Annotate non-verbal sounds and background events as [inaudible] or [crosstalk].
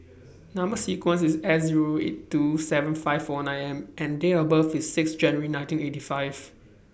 [noise] Number sequence IS S Zero eight two seven five four nine M and Date of birth IS six January nineteen eighty five